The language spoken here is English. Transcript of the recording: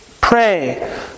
Pray